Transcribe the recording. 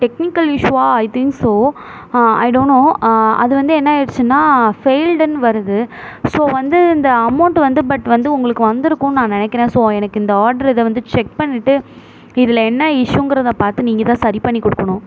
technical இஸ்யூவாக I think so I don't know அது வந்து என்னாகிடுச்சுன்னா ஃபெயில்டுன்னு வருது ஸோ வந்து இந்த அமௌன்டு வந்து பட் வந்து உங்களுக்கு வந்திருக்கும்னு நான் நினக்குறேன் ஸோ எனக்கு இந்த ஆர்ரு இதை வந்து செக் பண்ணிவிட்டு இதில் என்ன இஸ்யூங்கிறத பார்த்து நீங்கள் தான் சரி பண்ணி கொடுக்கணும்